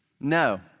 No